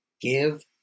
Give